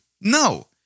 No